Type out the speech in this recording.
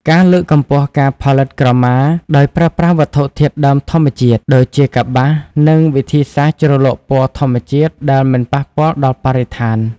ការលើកកម្ពស់ការផលិតក្រមាដោយប្រើប្រាស់វត្ថុធាតុដើមធម្មជាតិ ដូចជាកប្បាសនិងវិធីសាស្រ្តជ្រលក់ពណ៌ធម្មជាតិដែលមិនប៉ះពាល់ដល់បរិស្ថាន។